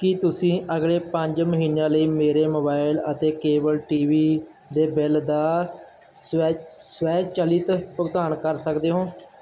ਕੀ ਤੁਸੀਂਂ ਅਗਲੇ ਪੰਜ ਮਹੀਨਿਆਂ ਲਈ ਮੇਰੇ ਮੋਬਾਈਲ ਅਤੇ ਕੇਬਲ ਟੀ ਵੀ ਦੇ ਬਿੱਲ ਦਾ ਸਵੈ ਸਵੈਚਲਿਤ ਭੁਗਤਾਨ ਕਰ ਸਕਦੇ ਹੋ